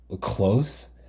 close